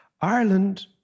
Ireland